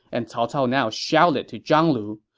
and cao cao now shouted to zhang lu,